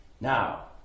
Now